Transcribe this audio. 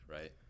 right